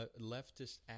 Leftist